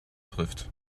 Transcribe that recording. trifft